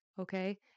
Okay